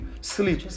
sleep